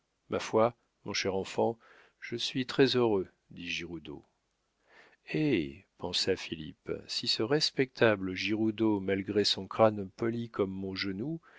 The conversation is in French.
ma foi mon cher enfant je suis très-heureux dit giroudeau eh pensa philippe si ce respectable giroudeau malgré son crâne poli comme mon genou